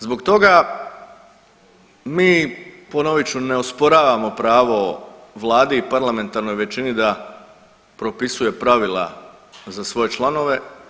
Zbog toga mi ponovit ću ne osporavamo pravo vladi i parlamentarnoj većini da propisuje pravila za svoje članove.